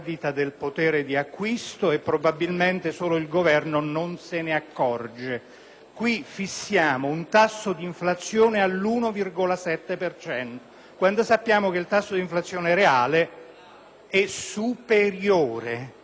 Qui fissiamo un tasso di inflazione all’1,7 per cento quando sappiamo che il tasso di inflazione reale esuperiore.